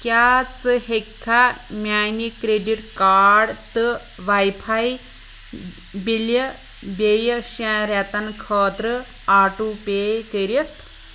کیٛاہ ژٕ ہیٚکہٕ کھَہ میٛٲنہِ کرٛیٚڈِٹ کارڈ تہٕ وایفَے بِلہِ بییٚہِ شٮ۪ن رٮ۪تن خٲطرٕ آٹوٗ پے کٔرِتھ